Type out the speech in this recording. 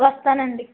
వస్తాను అండి